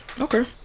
Okay